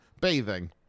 bathing